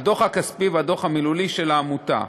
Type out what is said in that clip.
הדוח הכספי והדוח המילולי של העמותה.